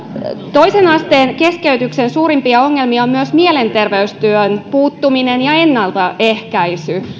toisen asteen keskeytyksen suurimpia ongelmia on mielenterveystyön puuttuminen ja ennaltaehkäisy